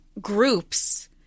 groups